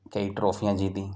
کئی ٹرافیاں جیتیں